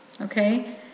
Okay